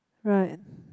right